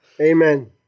Amen